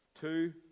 Two